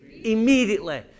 Immediately